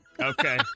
Okay